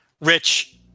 Rich